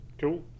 Cool